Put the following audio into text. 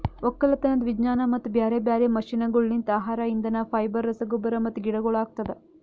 ಒಕ್ಕಲತನದ್ ವಿಜ್ಞಾನ ಮತ್ತ ಬ್ಯಾರೆ ಬ್ಯಾರೆ ಮಷೀನಗೊಳ್ಲಿಂತ್ ಆಹಾರ, ಇಂಧನ, ಫೈಬರ್, ರಸಗೊಬ್ಬರ ಮತ್ತ ಗಿಡಗೊಳ್ ಆಗ್ತದ